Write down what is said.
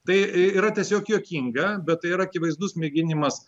tai yra tiesiog juokinga bet tai yra akivaizdus mėginimas